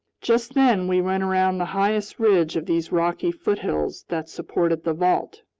just then we went around the highest ridge of these rocky foothills that supported the vault.